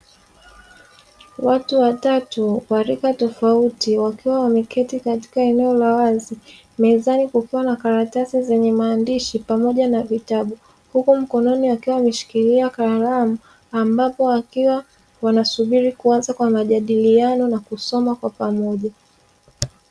Watu watatu wa rika tofauti wakiwa wameketi katika eneo la wazi, mezani kukiwa na karatasi zenye maandishi pamoja na vitabu, huku mkononi akiwa ameshikilia kalamu, ambapo akiwa wanasubiri kuanza kwa majadiliano na kusoma kwa pamoja.